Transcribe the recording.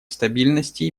стабильности